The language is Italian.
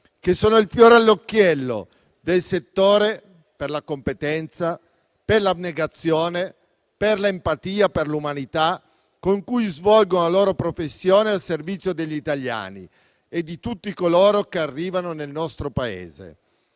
che sono il fiore all'occhiello del settore per la competenza, l'abnegazione, l'empatia e l'umanità con cui svolgono la loro professione al servizio degli italiani e di tutti coloro che arrivano nel nostro Paese.